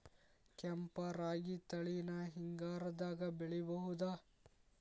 ಕೆಂಪ ರಾಗಿ ತಳಿನ ಹಿಂಗಾರದಾಗ ಬೆಳಿಬಹುದ?